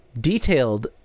detailed